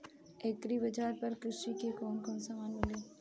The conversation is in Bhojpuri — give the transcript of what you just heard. एग्री बाजार पर कृषि के कवन कवन समान मिली?